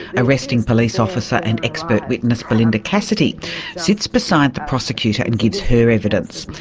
arresting police officer and expert witness belinda cassidy sits beside the prosecutor and gives her evidence.